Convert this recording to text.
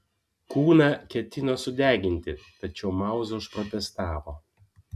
kūną ketino sudeginti tačiau mauza užprotestavo